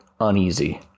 uneasy